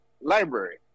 library